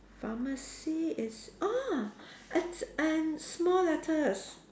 pharmacy is ah it's in small letters